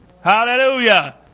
Hallelujah